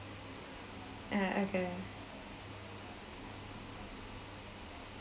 ah okay